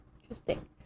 interesting